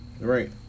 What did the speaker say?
right